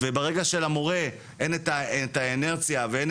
וברגע שלמורה אין את האנרציה ואין